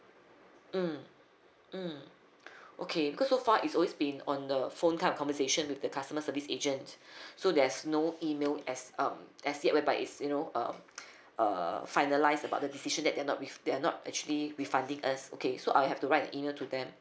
mm mm okay because so far it's always been on the phone kind of conversation with the customer service agent so there's no email as um as it whereby you know uh uh finalised about the decision that they're not with they're not actually refunding us okay so I have to write an email to them